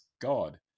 God